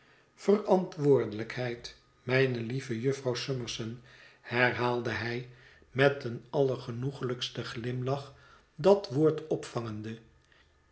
verantwoordelijkheid mijne lieve jufvrouw summerson herhaalde hij met een allergenoeglijksten glimlach dat woord opvangende